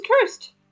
cursed